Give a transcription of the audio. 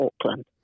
Auckland